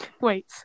wait